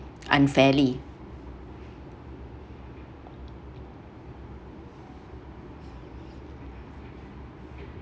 unfairly